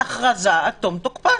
ההכרזה עד תום תוקפה.